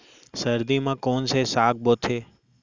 सर्दी मा कोन से साग बोथे?